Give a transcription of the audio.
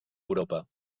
europa